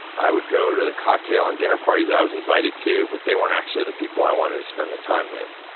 i would go to the cocktail and dinner parties i was invited to, but they weren't actually the people i wanted to spend the time with.